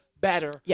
better